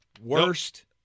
Worst